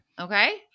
Okay